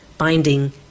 binding